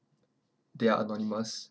they are anonymous